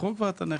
מכרו כבר את הנכס.